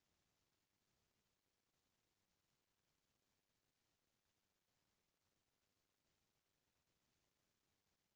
मनसे हर जब थोकन बने कमाए ल धर लेथे तभे अपन सउख ल पूरा करे बर कार बिसाना चाहथे